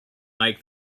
like